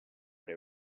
they